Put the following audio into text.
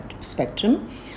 spectrum